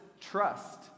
trust